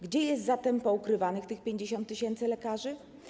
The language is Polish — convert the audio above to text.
Gdzie jest zatem poukrywane te 50 tys. lekarzy?